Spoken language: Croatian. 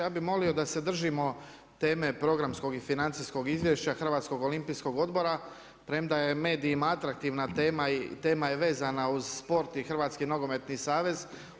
Ja bi molio da se držimo teme programskog i financijskog izvješća Hrvatskog olimpijskog odbora, premda je medijima atraktivna tema i tema je vezana uz sport i Hrvatski nogometni savez.